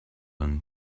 and